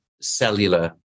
cellular